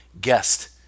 guest